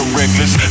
reckless